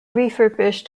refurbished